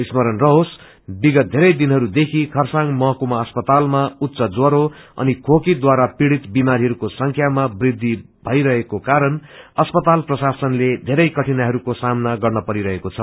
स्मरण रहोस विगत धेरै दिनहरू देखि चखरसाङ महकुमा अस्पतालमा उच्च ज्वरो अनि खोकी ढारा पीड़ित विमारीहरूको संख्यामा वृद्धि भएको कारण अस्पताल प्रशासनले बेरै कठिनाईहरूको सामना गर्न परिरहेको छ